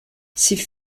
sie